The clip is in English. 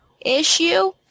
issue